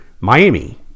Miami